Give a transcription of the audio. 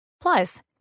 Plus